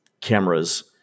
cameras